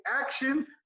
action